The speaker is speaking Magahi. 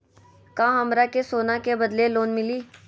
का हमरा के सोना के बदले लोन मिलि?